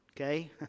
Okay